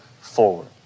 forward